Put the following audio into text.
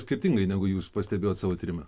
skirtingai negu jūs pastebėjot savo tyrime